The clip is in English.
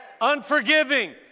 Unforgiving